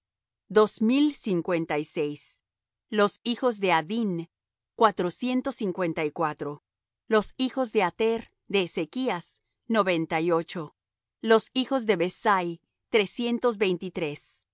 dos mil cincuenta y seis los hijos de adin cuatrocientos cincuenta y cuatro los hijos de ater de ezechas noventa y ocho los hijos de besai trescientos